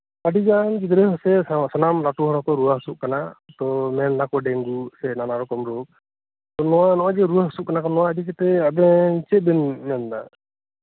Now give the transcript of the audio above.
ᱟᱹᱰᱤᱜᱟᱱ ᱜᱤᱫᱽᱨᱟᱹ ᱥᱮ ᱥᱟᱱᱟᱢ ᱞᱟᱹᱴᱩ ᱦᱚᱲᱠᱩ ᱨᱩᱣᱟᱹ ᱦᱟᱥᱩᱜ ᱠᱟᱱᱟ ᱛᱚ ᱢᱮᱱᱫᱟᱠᱩ ᱰᱮᱝᱜᱩ ᱥᱮ ᱱᱟᱱᱟᱨᱚᱠᱚᱢ ᱨᱳᱜ ᱱᱚᱜᱚᱭᱡᱮ ᱨᱩᱣᱟᱹ ᱦᱟᱥᱩᱜ ᱠᱟᱱᱟ ᱠᱩ ᱱᱚᱣᱟ ᱤᱫᱤ ᱠᱟᱛᱮᱜ ᱟᱵᱮᱱ ᱪᱮᱫᱵᱮᱱ ᱢᱮᱱᱫᱟ